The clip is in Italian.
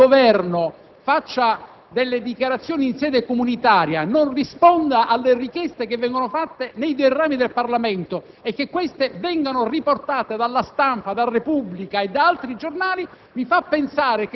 La circostanza che il Governo faccia delle dichiarazioni in sede comunitaria e non risponda alle richieste che vengono avanzate nei due rami del Parlamento e che le stesse vengano riportate da "La Stampa", "la Repubblica" e altri giornali